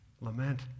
Lament